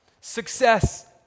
success